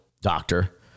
doctor